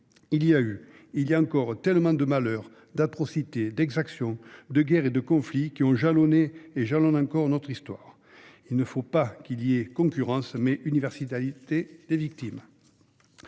Il y a eu, et il y a encore, tellement de malheurs, d'atrocités, d'exactions, de guerres et de conflits qui ont jalonné et jalonnent encore notre histoire ... Il faut donc qu'il y ait non pas concurrence, mais universalité des victimes.